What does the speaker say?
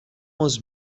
was